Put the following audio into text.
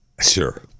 Sure